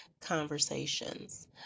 conversations